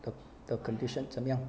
the the condition 怎么样